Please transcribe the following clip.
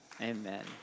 Amen